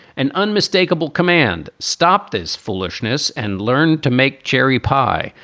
an unmistakable command. stop this foolishness and learn to make cherry pie.